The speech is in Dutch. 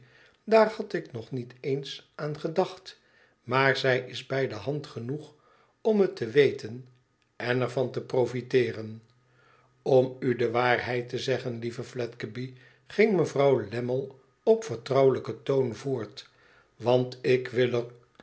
daar had ik nog niet eens aan gedacht maar zij is bij de hand genoeg om het te weten en er van te profiteeren om u de waarheid te zeggen lieve fiedgeby ging mevrouw lammie op vertrouwelijken toon voort want ik wil er